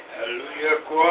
Hallelujah